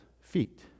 feet